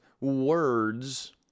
words